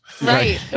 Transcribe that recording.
Right